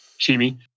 Shimi